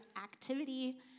activity